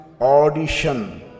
audition